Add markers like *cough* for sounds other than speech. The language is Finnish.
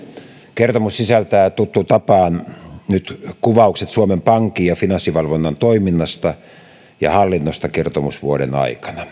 kertomus sisältää tuttuun tapaan nyt kuvaukset suomen pankin ja finanssivalvonnan toiminnasta ja hallinnosta kertomusvuoden aikana *unintelligible*